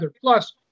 Plus